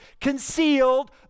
concealed